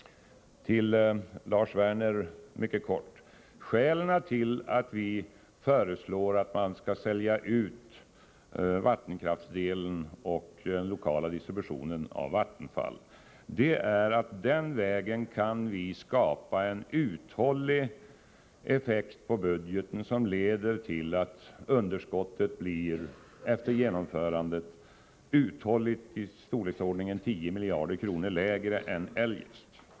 Till Lars Werner vill jag säga att skälet till att vi föreslår att vattenkraftsdelen och den lokala distributionen av Vattenfall skall säljas ut är att man den vägen kan skapa en uthållig effekt på budgeten, som leder till att underskottet efter genomförandet blir ca 10 miljarder kronor lägre än eljest.